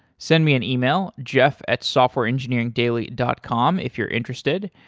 send me an email, jeff at softwareengineeringdaily dot com if you're interested.